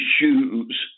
shoes